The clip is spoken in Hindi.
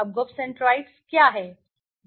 अब ग्रुप सेंट्रोइड्सक्या हैं